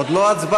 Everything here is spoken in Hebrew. עוד לא הצבעות.